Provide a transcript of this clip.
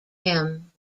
him